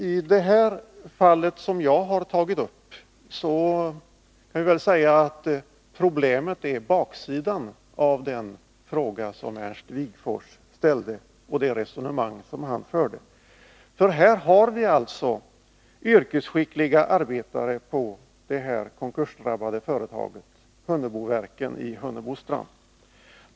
I det fall som jag har tagit upp är problemet ett annat än när Wigforss ställde sin fråga och förde sitt resonemang. Nu gäller det alltså yrkesskickliga arbetare på det konkursdrabbade företaget Hunneboverken i Hunnebostrand.